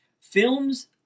films